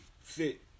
fit